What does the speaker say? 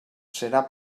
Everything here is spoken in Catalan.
serà